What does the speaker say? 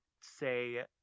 say